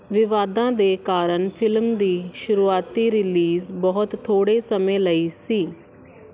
ਵਿਵਾਦਾਂ ਦੇ ਕਾਰਨ ਫਿਲਮ ਦੀ ਸ਼ੁਰੂਆਤੀ ਰਿਲੀਜ਼ ਬਹੁਤ ਥੋੜ੍ਹੇ ਸਮੇਂ ਲਈ ਸੀ